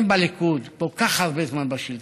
אתם בליכוד כל כך הרבה זמן בשלטון,